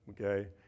Okay